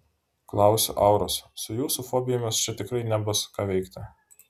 klausiu auros su jūsų fobijomis čia tikrai nebus ką veikti